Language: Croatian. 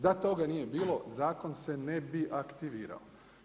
Da toga nije bilo, zakon se ne bi aktivirao.